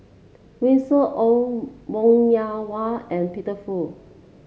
Winston Oh Wong Yoon Wah and Peter Fu